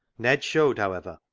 ned showed, however,